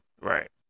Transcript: Right